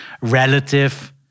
relative